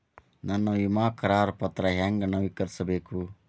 ನನ್ನ ವಿಮಾ ಕರಾರ ಪತ್ರಾ ಹೆಂಗ್ ನವೇಕರಿಸಬೇಕು?